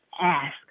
ask